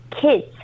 kids